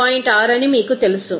6 అని మీకు తెలుసు 30